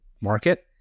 market